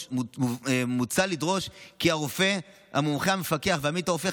מוצע לדרוש כי הרופא המומחה המפקח והעמית הרופא,